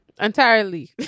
Entirely